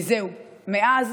וזהו, מאז